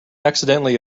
accidentally